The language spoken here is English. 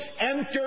enter